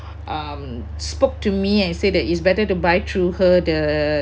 um spoke to me and said that is better to buy through her the